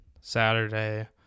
Saturday